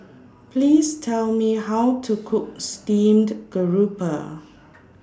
Please Tell Me How to Cook Steamed Garoupa